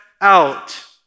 out